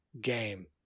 game